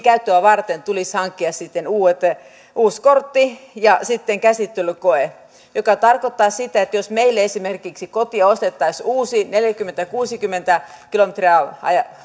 käyttöä varten tulisi hankkia uusi kortti ja sitten suorittaa käsittelykoe mikä tarkoittaa sitä että jos meille esimerkiksi kotiin ostettaisiin uusi neljäkymmentä viiva kuusikymmentä kilometriä